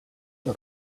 the